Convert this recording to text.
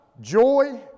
joy